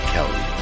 Kelly